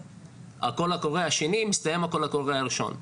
ה"קול הקורא" השני מסתיים ה"קול הקורא" הראשון.